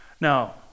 Now